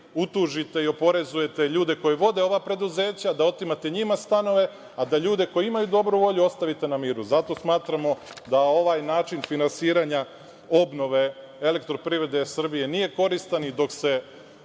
utužite i oporezujete ljude koji vode ova preduzeća, da otimate njima stanove, a da ljude koji imaju dobru volju ostavite na miru. Zato smatramo da ovaj način finansiranja obnove EPS-a nije koristan. Dok se